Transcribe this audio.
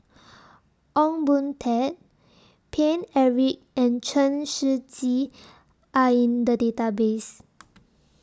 Ong Boon Tat Paine Eric and Chen Shiji Are in The Database